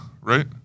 right